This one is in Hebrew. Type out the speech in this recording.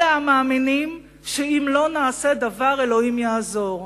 אלה המאמינים שאם לא נעשה דבר, אלוהים יעזור.